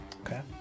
Okay